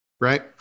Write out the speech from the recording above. right